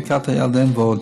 בבקעת הירדן ועוד.